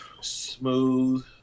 smooth